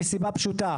מסיבה פשוטה.